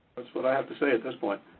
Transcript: what i have to say at this point.